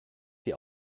die